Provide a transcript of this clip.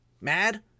mad